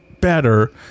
better